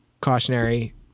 cautionary